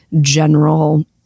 general